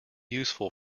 useful